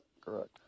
correct